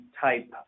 type